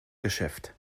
geschäft